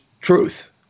truth